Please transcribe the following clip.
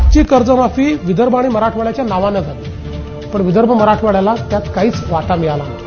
मागची कर्जमाफी विदर्भ आणि मराठवाड्याच्या नावानं होती पण विदर्भ मराठवाड्याला त्यात काहीच वाटा मिळाला नव्हता